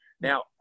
Now